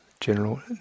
general